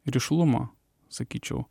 rišlumo sakyčiau